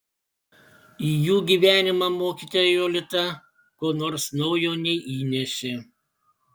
į jų gyvenimą mokytoja jolita ko nors naujo neįnešė